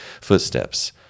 footsteps